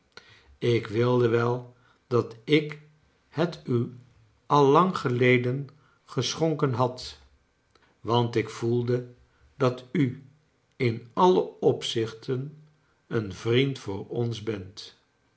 ik wilde wel dat ik het u al lang geleden geschonken had want ik voelde dat u in alle opzichten een vriend voor ons bent